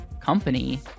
company